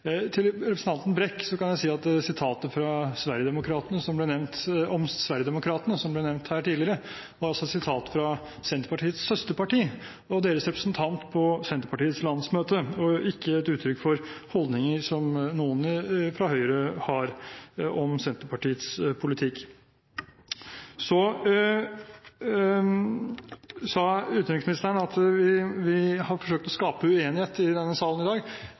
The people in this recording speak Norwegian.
til å være sterkt bekymret. Til representanten Brekk kan jeg si at sitatet om Sverigedemokraterna, som ble nevnt her tidligere, var sitat fra Senterpartiets søsterparti og deres representant på Senterpartiets landsmøte, og ikke et uttrykk for holdninger som noen fra Høyre har om Senterpartiets politikk. Så sa utenriksministeren at vi har forsøkt å skape uenighet i denne salen i dag.